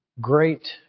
great